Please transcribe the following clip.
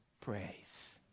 praise